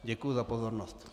Děkuji za pozornost.